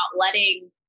letting